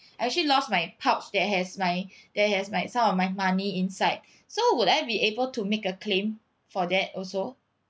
I actually lost my pouch that has my that has my some of my money inside so would I be able to make a claim for that also